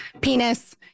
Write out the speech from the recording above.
Penis